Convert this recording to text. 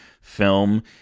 film